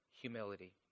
humility